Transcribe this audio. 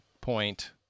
point